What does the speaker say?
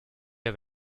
der